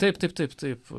taip taip taip taip